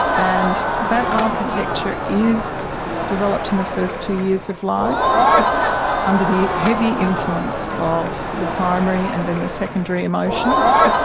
and that architecture is developed in the first two years of life under the heavy influence of the primary and then the secondary emotions.